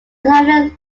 having